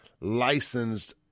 licensed